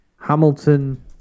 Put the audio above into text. Hamilton